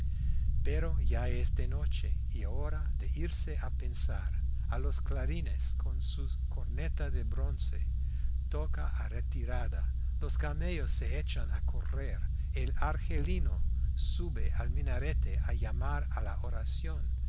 pero ya es de noche y hora de irse a pensar y los clarines con su corneta de bronce tocan a retirada los camellos se echan a correr el argelino sube al minarete a llamar a la oración